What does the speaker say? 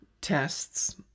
tests